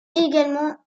également